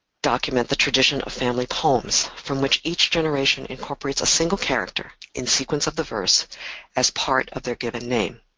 document the tradition of family poems from which each generation incorporates a single character in sequence of the verse as part of their given name.